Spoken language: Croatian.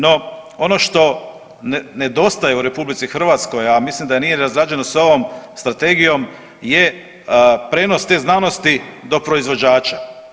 No ono što nedostaje u RH, a mislim da nije razrađeno sa ovom strategijom je prijenos te znanosti do proizvođača.